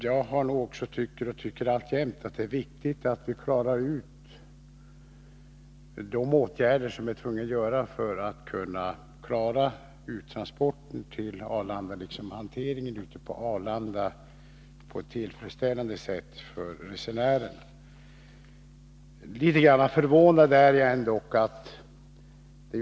Jag tycker nog också att det är viktigt att klara ut de åtgärder som är nödvändiga för att, på ett sätt som är tillfredsställande för resenärerna, sköta transporterna till Arlanda och hanteringen där.